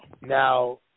Now